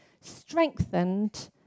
strengthened